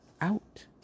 out